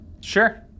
Sure